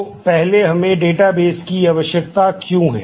तो पहले हमें डेटाबेस की आवश्यकता क्यों है